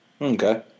Okay